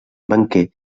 banquer